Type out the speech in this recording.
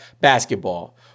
basketball